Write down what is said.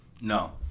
No